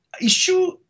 Issue